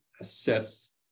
assess